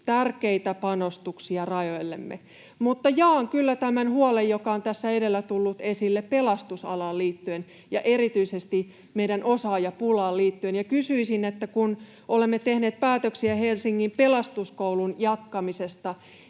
tärkeitä panostuksia rajoillemme. Mutta jaan kyllä tämän huolen, joka on tässä edellä tullut esille, pelastusalaan liittyen ja erityisesti meidän osaajapulaan liittyen, ja kysyisin: kun olemme tehneet päätöksiä Helsingin Pelastuskoulun jatkamisesta,